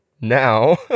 now